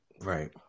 Right